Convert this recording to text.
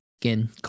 again